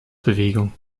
bewegung